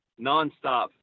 nonstop